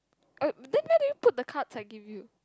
oh then where did you put the cards I give you